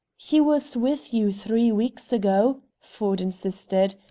he was with you three weeks ago, ford insisted.